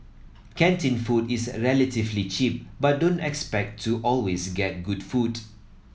canteen food is relatively cheap but don't expect to always get good food